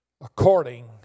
According